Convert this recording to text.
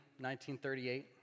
1938